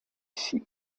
sheep